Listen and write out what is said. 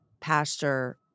pastor